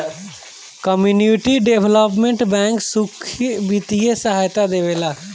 community development bank सुख बित्तीय सहायता देवेला